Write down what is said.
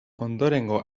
ondorengo